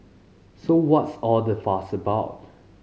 so what's all the fuss about